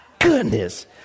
goodness